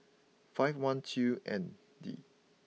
five one two N D